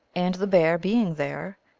and the bear being there,